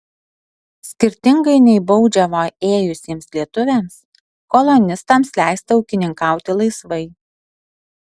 skirtingai nei baudžiavą ėjusiems lietuviams kolonistams leista ūkininkauti laisvai